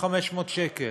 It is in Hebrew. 500 שקלים.